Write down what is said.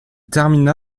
termina